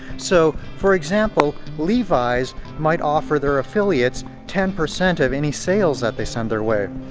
so, for example, levi's might offer their affiliates ten percent of any sales that they send their way.